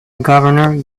governor